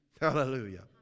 hallelujah